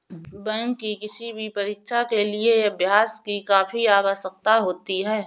bank की किसी भी परीक्षा के लिए अभ्यास की काफी आवश्यकता होती है